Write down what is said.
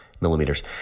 millimeters